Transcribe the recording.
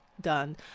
done